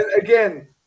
Again